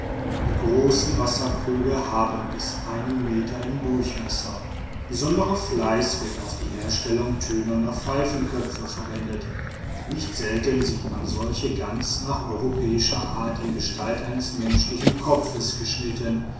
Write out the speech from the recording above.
die großen wasserkrüge haben bis einen meter im durchmesser besonderer fleiß wird auf die herstellung tönerner pfeifenköpfe verwendet nicht selten sieht man solche ganz nach europäischer art in gestalt eines menschlichen kopfes geschnitten